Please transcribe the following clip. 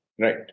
Right